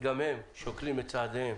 גם הם שוקלים את צעדיהם